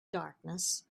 blackness